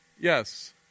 Yes